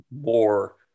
more